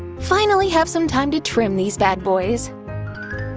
finally have some time to trim these bad boys.